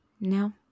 No